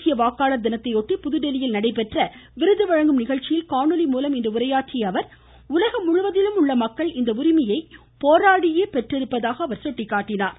தேசிய வாக்காளர் தினத்தை ஒட்டி புதுதில்லியில் நடைபெற்ற விருது வழங்கும் நிகழ்ச்சியில் காணொலி மூலம் உரையாற்றிய அவர் உலகம் முழுவதிலும் உள்ள மக்கள் இந்த உரிமையை போராடியே பெற்றுள்ளதாக சுட்டிக்காட்டினார்